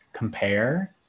Compare